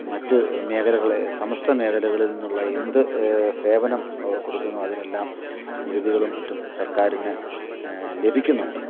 മറ്റ് മേഖലകളെ സമസ്ത മേഖലകളിൽനിന്നുള്ള എന്ത് സേവനം കൊടുക്കുന്നു അതിനെല്ലാം നികുതികളും മറ്റും സർക്കാരിന് ലഭിക്കുന്നുണ്ട്